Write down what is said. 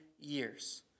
years